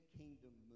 kingdom